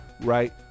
right